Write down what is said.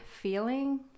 feeling